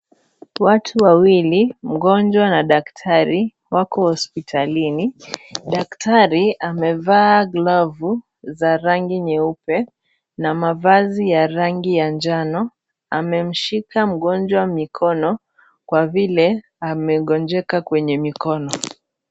Watu wawili, mgonjwa na daktari, wako hospitalini. Daktari amevaa glovu za rangi nyeupe na mavazi ya rangi ya njano. Amemshika mgonjwa mikono kwa vile amegonjeka kwenye mikono.